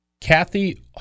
Kathy